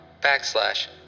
backslash